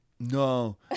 No